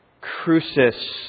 crucis